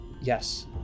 Yes